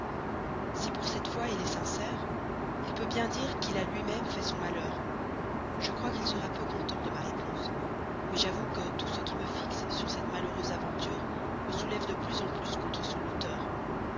si pour cette fois il est sincère il peut bien dire qu'il a lui-même fait son malheur je crois qu'il sera peu content de ma réponse mais j'avoue que tout ce qui me fixe sur cette malheureuse aventure me soulève de plus en plus contre son auteur